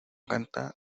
canta